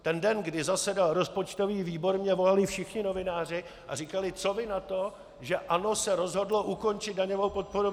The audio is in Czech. Ten den, kdy zasedal rozpočtový výbor, mi volali všichni novináři a říkali: Co vy na to, že ANO se rozhodlo ukončit daňovou podporu biopaliv?